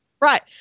Right